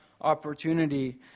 opportunity